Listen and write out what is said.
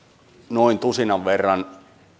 noin tusinan verran